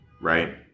Right